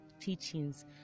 teachings